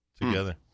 together